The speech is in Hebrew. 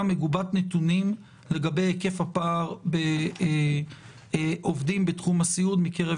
מגובת נתונים לגבי היקף הפער בעובדים בתחום הסיעוד מקרב